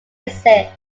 exist